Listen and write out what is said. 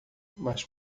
mas